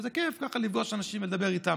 וזה כיף ככה לפגוש אנשים ולדבר איתם.